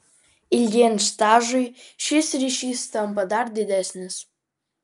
ilgėjant stažui šis ryšys tampa dar didesnis